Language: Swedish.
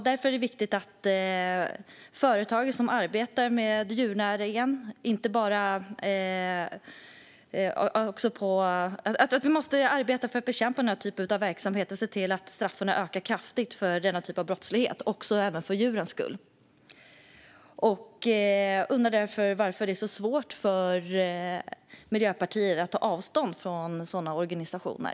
Därför måste vi arbeta för att bekämpa den här typen av verksamhet och se till att straffen för denna typ av brottslighet ökar kraftigt - även för djurens skull. Jag undrar varför det är så svårt för Miljöpartiet att ta avstånd från sådana organisationer.